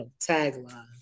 tagline